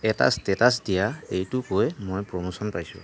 এটা ষ্টেটাছ দিয়া এইটো কৈ মই প্ৰমোচন পাইছোঁ